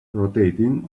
rotating